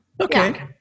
Okay